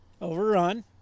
Overrun